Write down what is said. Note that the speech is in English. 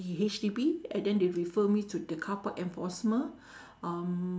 he~ H_D_B and then they refer me to the car park enforcement um